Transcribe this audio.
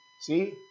See